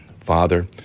Father